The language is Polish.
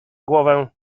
głowę